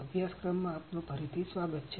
અભ્યાસક્રમ માં આપનું ફરીથી સ્વાગત છે